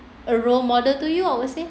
a role model to you obviously